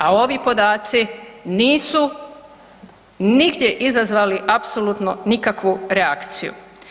A ovi podaci nisu nigdje izazvali apsolutno nikakvu reakciju.